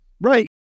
Right